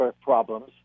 problems